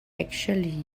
actually